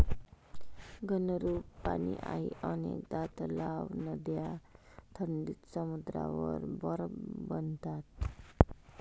घनरूप पाणी आहे अनेकदा तलाव, नद्या थंडीत समुद्रावर बर्फ बनतात